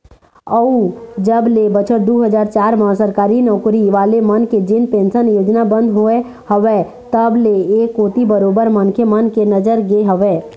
अउ जब ले बछर दू हजार चार म सरकारी नौकरी वाले मन के जेन पेंशन योजना बंद होय हवय तब ले ऐ कोती बरोबर मनखे मन के नजर गे हवय